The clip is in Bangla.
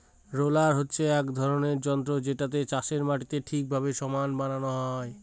রোলার হচ্ছে এক রকমের যন্ত্র যেটাতে চাষের মাটিকে ঠিকভাবে সমান বানানো হয়